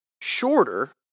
shorter